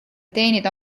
teenida